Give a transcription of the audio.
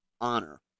honor